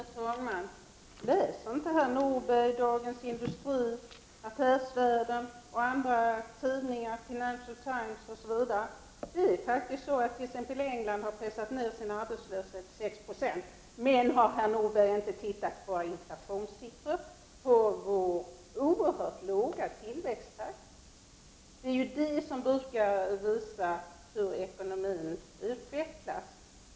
Herr talman! Läser inte herr Nordberg Dagens Industri, Affärsvärlden, Financial Times och andra tidningar? I England har man pressat ned arbetslösheten med 6 70. Har herr Nordberg inte sett Sveriges inflationssiffror och vår oerhört låga tillväxttakt? Det är ju sådant som brukar visa hur ekonomin utvecklas.